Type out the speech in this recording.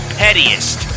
pettiest